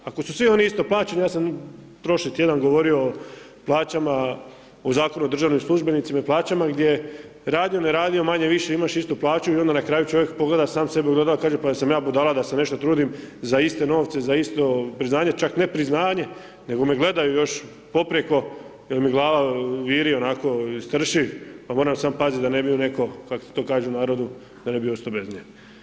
Ako su svi oni isto plaćeni, ja sam prošli tjedan govorio o plaćama o Zakonu o državnim službenicima i plaćama, gdje, radio, ne radio manje-više imaš istu plaću i onda na kraju čovjek pogleda sam sebe u ogledalo i kaže pa jesam ja budala da se nešto trudim za iste novce, za isto priznanje, čak ne priznanje nego me gledaju još poprijeko jer mi glava viri onako i strši pa moram samo pazit da ne bi neko, kako se to kaže u narodu, da ne bi ostao bez nje.